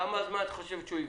תוך כמה זמן את חושבת שהוא יגווע?